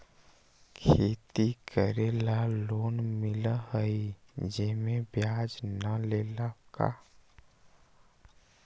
खेती करे ला लोन मिलहई जे में ब्याज न लगेला का?